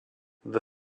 the